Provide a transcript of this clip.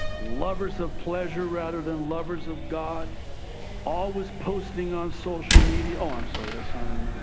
lovers of pleasure rather than lovers of god always posting on social media, oh i'm sorry that's